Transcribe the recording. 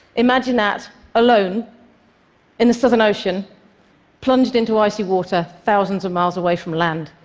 imagine that alone in the southern ocean plunged into icy water, thousands of miles away from land.